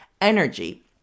energy